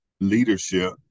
leadership